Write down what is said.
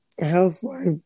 Housewife